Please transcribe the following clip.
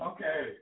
Okay